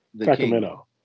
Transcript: Sacramento